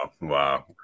Wow